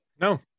No